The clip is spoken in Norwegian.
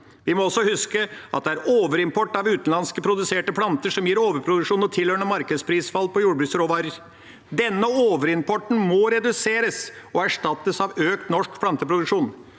Vi må også huske at det er overimport av utenlandskproduserte planter som gir overproduksjon og tilhørende markedsprisfall på jordbruksråvarer. Denne overimporten må reduseres og erstattes av økt norsk planteproduksjon.